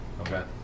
Okay